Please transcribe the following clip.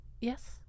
Yes